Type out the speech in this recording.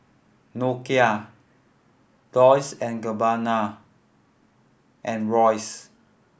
Nokia Dolce and Gabbana and Royce